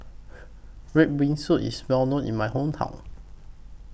Red Bean Soup IS Well known in My Hometown